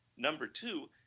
number two,